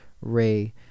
Ray